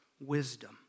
wisdom